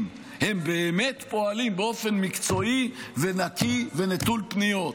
באמת פועלים באופן מקצועי ונקי ונטול פניות.